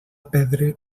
perdre